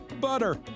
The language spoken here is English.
Butter